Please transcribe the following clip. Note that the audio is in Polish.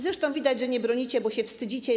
Zresztą widać, że nie bronicie tego, bo się wstydzicie.